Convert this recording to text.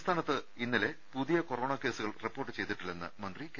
സംസ്ഥാനത്ത് ഇന്നലെ പുതിയ കൊറോണ് കേസുകൾ റിപ്പോർട്ട് ചെയ്തിട്ടില്ലെന്ന് മന്ത്രി കെ